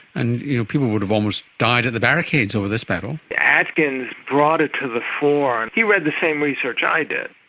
and people would have almost died at the barricades over this battle. atkins brought it to the fore. he read the same research i did,